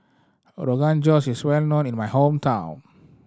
Rogan Josh is well known in my hometown